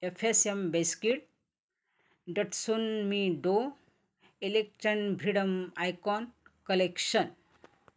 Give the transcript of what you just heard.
F S M biscuit डटसोनमी डो election भिडम आयकॉन कलेक्शन